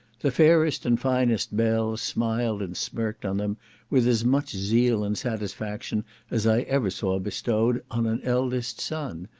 the fairest and finest belles smiled and smirked on them with as much zeal and satisfaction as i ever saw bestowed on an eldest son,